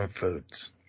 foods